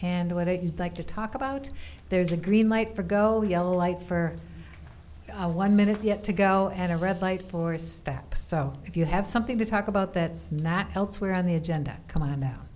and whether you'd like to talk about there's a green light for go yellow light for one minute yet to go and a red light for a stack so if you have something to talk about that's not where on the agenda come on now